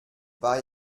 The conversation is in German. war